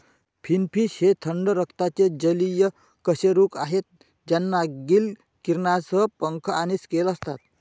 finfish हे थंड रक्ताचे जलीय कशेरुक आहेत ज्यांना गिल किरणांसह पंख आणि स्केल असतात